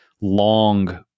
long